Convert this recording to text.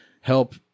help